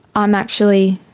i'm actually